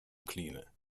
cleaner